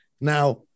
Now